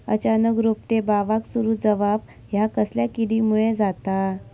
अचानक रोपटे बावाक सुरू जवाप हया कसल्या किडीमुळे जाता?